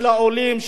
של העולים,